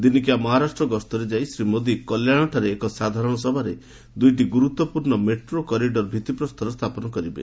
ଦିନିକିଆ ମହାରାଷ୍ଟ୍ର ଗସ୍ତରେ ଯାଇ ଶ୍ରୀ ମୋଦି କଲ୍ୟାଣଠାରେ ଏକ ସାଧାରଣ ସଭାରେ ଦୁଇଟି ଗୁରୁତ୍ୱପୂର୍ଣ୍ଣ ମେଟ୍ରୋ କରିଡର ଭିଭିପ୍ରସ୍ତର ସ୍ଥାପନ କରିବେ